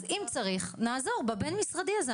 אז אם צריך, נעזור בבין משרדי הזה.